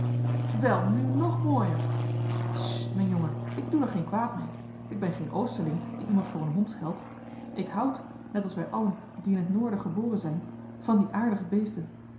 wel nu nog mooier sssst m'n jongen ik bedoel er geen kwaad mee k ben geen oosterling die iemand voor een hond scheld k houd net als wij allen die in t noorden geboren zijn van die aardige beesten